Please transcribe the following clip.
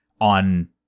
on